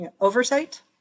oversight